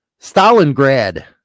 Stalingrad